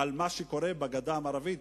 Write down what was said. על מה שקורה בגדה המערבית,